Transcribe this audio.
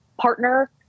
partner